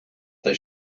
they